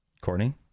Courtney